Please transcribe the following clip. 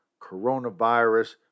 coronavirus